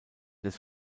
des